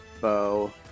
bow